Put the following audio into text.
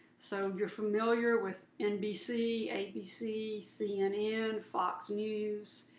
so you're familiar with nbc, abc, cnn, fox news.